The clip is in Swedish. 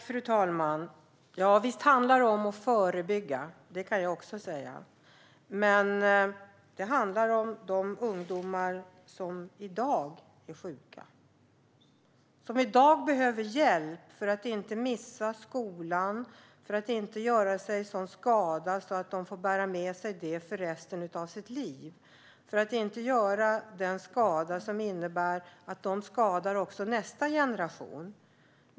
Fru talman! Ja, visst handlar det om att förebygga. Det kan jag också säga. Men det handlar främst om de ungdomar som är sjuka i dag, som behöver hjälp i dag för att inte missa skolan, för att inte göra sig sådan skada att de får bära det med sig resten av livet, för att inte göra skada som innebär att de skadar också nästa generation.